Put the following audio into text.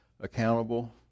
accountable